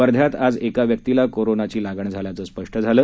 वर्ध्यात आज एका व्यक्तीला कोरोनाची लागण झाल्याचं स्पष्ट झालं